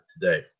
today